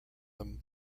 them